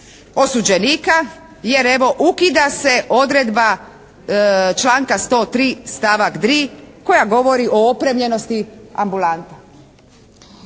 osuđenika jer evo ukida se odredba članka 103. stavak 3. koja govori o opremljenosti ambulanta.